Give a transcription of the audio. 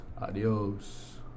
adios